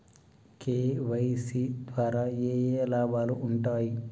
KYC ద్వారా ఏఏ లాభాలు ఉంటాయి?